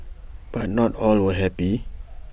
but not all were happy